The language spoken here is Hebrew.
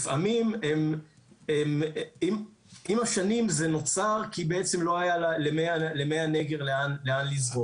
עם השנים זה נוצר כי בעצם לא היה למי הנגר לאן לזרום.